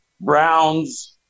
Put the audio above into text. Browns